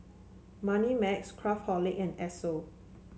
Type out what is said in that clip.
Moneymax Craftholic and Esso